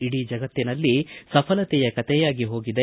ಇಡೀ ಜಗತ್ತಿನಲ್ಲಿ ಸಫಲತೆಯ ಕತೆಯಾಗಿ ಹೋಗಿದೆ